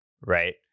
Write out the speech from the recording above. Right